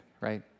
right